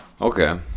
okay